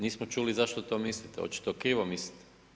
Nismo čuli zašto to mislite, očito krivo mislite.